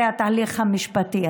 זה התהליך המשפטי,